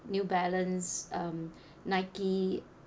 New Balance um Nike